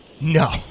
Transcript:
No